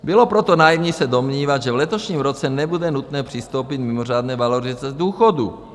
Bylo proto naivní se domnívat, že v letošním roce nebude nutné přistoupit k mimořádné valorizaci důchodů.